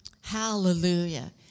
Hallelujah